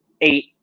eight